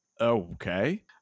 Okay